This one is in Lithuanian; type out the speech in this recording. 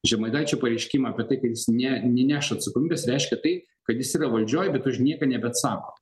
žemaičio pareiškimai apie tai kad jis ne neneš atsakomybės reiškia tai kad jis yra valdžioj bet už nieką nebeatsako